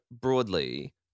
broadly